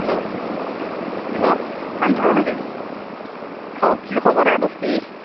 hello hello Shantanu নেকি হাও কি খবৰ এ দস্তি